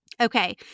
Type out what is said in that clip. Okay